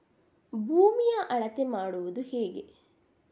ಭೂಮಿಯ ಅಳತೆ ಮಾಡುವುದು ಹೇಗೆ?